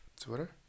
Twitter